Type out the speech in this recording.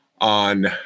on